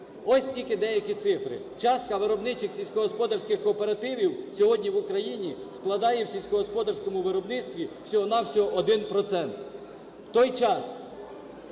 Ось тільки деякі цифри. Частка виробничих сільськогосподарських кооперативів сьогодні в Україні складає в сільськогосподарському виробництві всього-на-всього